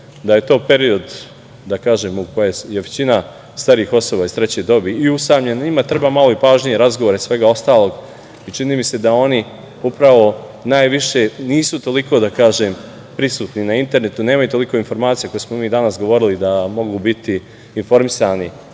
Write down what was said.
da je to period u kojem je većina starijih osoba iz treće dobi i usamljena, njima treba malo i pažnje, razgovara i svega ostalog. I čini mi se da oni upravo najviše nisu toliko, da kažem, prisutni na internetu, nemaju toliko informacija koje smo mi danas govorili da mogu biti informisani,